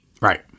right